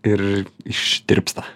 ir ištirpsta